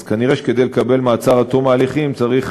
אז כנראה כדי לקבל מעצר עד תום ההליכים צריך